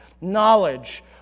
knowledge